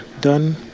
done